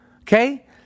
Okay